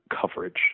coverage